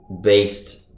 based